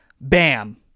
bam